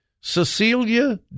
Cecilia